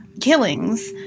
killings